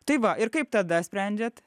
tai va ir kaip tada sprendžiat